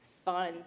fun